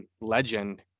legend